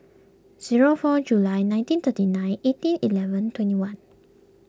zero four July nineteen thirty nine eighteen eleven twenty one